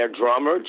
drummer